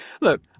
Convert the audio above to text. look